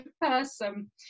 person